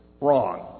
wrong